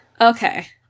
Okay